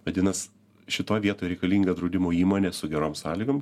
vadinas šitoj vietoj reikalinga draudimo įmonė su gerom sąlygom